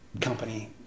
company